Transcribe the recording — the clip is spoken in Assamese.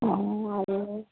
অ' আৰু